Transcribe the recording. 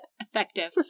effective